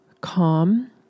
calm